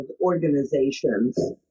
organizations